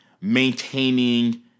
maintaining